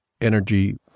energy